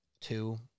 two